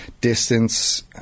distance